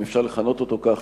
אם אפשר לכנות אותו כך,